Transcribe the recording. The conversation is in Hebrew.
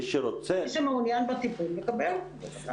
מי שמעוניין בטיפול מקבל, בוודאי.